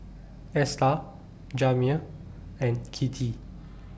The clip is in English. Esta Jamir and Kittie